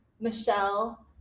Michelle